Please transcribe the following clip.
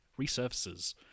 Resurfaces